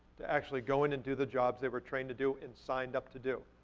to actually go in and do the jobs they were trained to do and signed up to do,